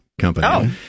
company